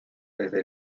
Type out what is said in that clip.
desde